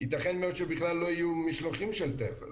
ייתכן מאוד שבכלל לא יהיו משלוחים של טף.